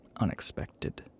unexpected